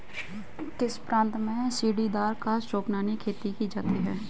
किस प्रांत में सीढ़ीदार या सोपानी खेती की जाती है?